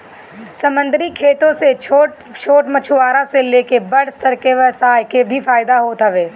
समंदरी खेती से छोट छोट मछुआरा से लेके बड़ स्तर के व्यवसाय के भी फायदा होत हवे